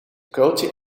kuiltje